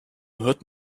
hört